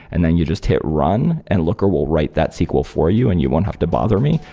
and then you just hit run and looker will write that sql for you and you won't have to bother me,